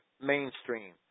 mainstream